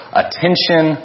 attention